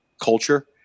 culture